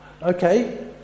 Okay